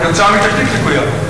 בגלל תשתית לקויה.